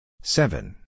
Seven